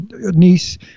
niece